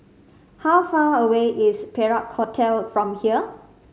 how far away is Perak Hotel from here